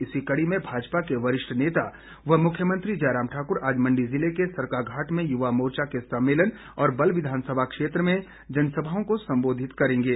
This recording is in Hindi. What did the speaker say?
इसी कड़ी में भाजपा के वरिष्ठ नेता व मुख्यमंत्री जयराम ठाकुर आज मंडी जिले के सरकाघाट में युवामोर्चा के सम्मेलन और बल्ह विधानसभा क्षेत्र में जनसभाओं को संबोधित करेंगे